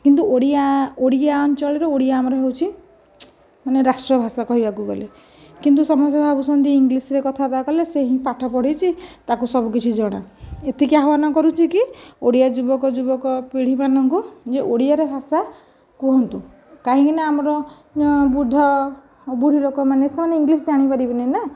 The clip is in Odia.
କିନ୍ତୁ ଓଡ଼ିଆ ଓଡ଼ିଆ ଅଞ୍ଚଳରେ ଓଡ଼ିଆ ଆମର ହେଉଛି ମାନେ ରାଷ୍ଟ୍ର ଭାଷା କହିବାକୁ ଗଲେ କିନ୍ତୁ ସମସ୍ତେ ଭାବୁଛନ୍ତି ଇଂଲିଶରେ କଥା ବାର୍ତ୍ତା କଲେ ସେ ହିଁ ପାଠ ପଢିଛି ତାକୁ ସବୁ କିଛି ଜଣା ଏତିକି ଆହ୍ୱାନ କରୁଛି କି ଓଡ଼ିଆ ଯୁବକ ଯୁବକ ପିଢ଼ିମାନଙ୍କୁ ଯେ ଓଡ଼ିଆରେ ଭାଷା କୁହନ୍ତୁ କାହିଁକି ନା ଆମର ବୃଦ୍ଧ ବୁଢ଼ୀ ଲୋକମାନେ ସେମାନେ ଇଂଲିଶ ଜାଣିପାରିବେନି ନା